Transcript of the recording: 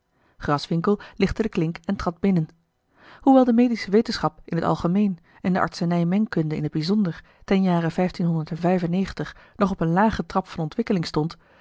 graswinckel lichtte de klink en trad binnen hoewel de medische wetenschap in t algemeen en de artsenijmengkunde in t bijzonder ten jare nog op een lagen trap van ontwikkeling stond